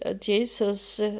Jesus